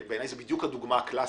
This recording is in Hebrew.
ובעיניי זו בדיוק הדוגמה הקלאסית,